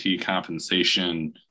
compensation